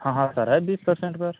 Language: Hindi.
हाँ हाँ सर है बीस परसेंट पर